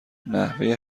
نحوه